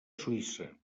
suïssa